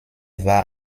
war